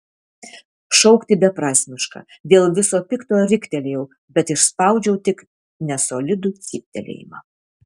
šaukti beprasmiška dėl viso pikto riktelėjau bet išspaudžiau tik nesolidų cyptelėjimą